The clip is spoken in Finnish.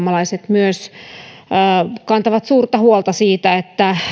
myös perussuomalaiset kantavat suurta huolta siitä että